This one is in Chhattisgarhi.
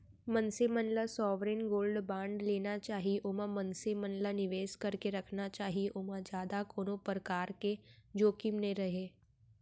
मनसे मन ल सॉवरेन गोल्ड बांड लेना चाही ओमा मनसे मन ल निवेस करके रखना चाही ओमा जादा कोनो परकार के जोखिम नइ रहय